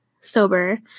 sober